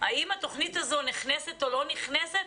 האם התוכנית הזו נכנסת או לא נכנסת,